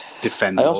defend